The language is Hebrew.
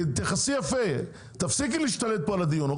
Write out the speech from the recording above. תתייחסי יפה, תפסיקי להשתלט פה על הדיון.